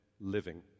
living